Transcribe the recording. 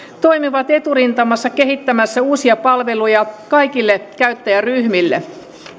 toimivat eturintamassa kehittämässä uusia palveluja kaikille käyttäjäryhmille